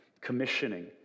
commissioning